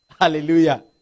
Hallelujah